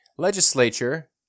legislature